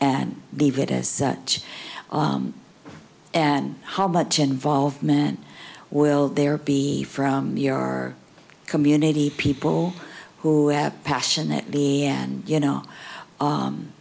and leave it as such and how much involvement will there be from your community people who passionately and you know